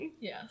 Yes